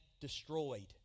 destroyed